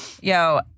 Yo